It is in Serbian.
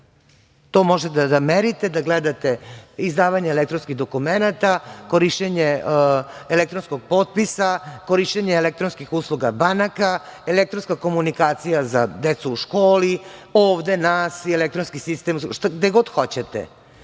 To možete da merite, da gledate izdavanje elektronskih dokumenata, korišćenje elektronskog potpisa, korišćenje elektronskih usluga banaka, elektronska komunikacija za decu u školi, ovde nas i elektronski sistem, gde god hoćete. To